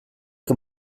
que